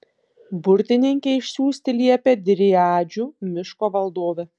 burtininkę išsiųsti liepė driadžių miško valdovė